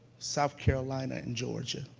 south carolina, and georgia,